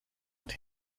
and